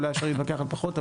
אולי אפשר להתווכח על פחות,